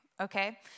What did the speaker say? okay